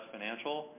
Financial